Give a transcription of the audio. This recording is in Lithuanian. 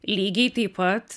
lygiai taip pat